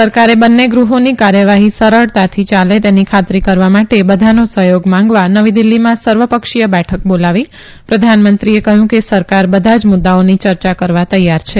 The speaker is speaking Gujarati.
સરકારે બંને ગૃહોની કાર્યવાહી સરળતાથી યાલે તેની ખાતરી કરવા માટે બધાનો સહયોગ માંગવા નવી દિલ્હીમાં સર્વપક્ષીય બેઠક બોલાવી પ્રધાનમંત્રીએ કહયું કે સરકાર બધા જ મુદ્દાઓની યર્યા કરવા તૈયાર છે